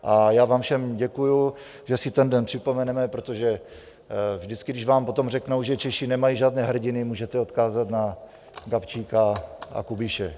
A já vám všem děkuji, že si ten den připomeneme, protože vždycky, když vám potom řeknou, že Češi nemají žádné hrdiny, můžete je odkázat na Gabčíka a Kubiše.